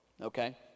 Okay